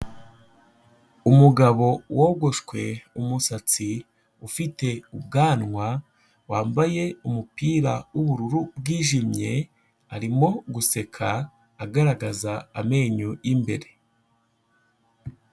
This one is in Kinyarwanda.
Umugabo wogoshwe umusatsi, ufite ubwanwa, wambaye umupira w'ubururu bwijimye, arimo guseka agaragaza amenyo y'imbere.